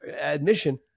admission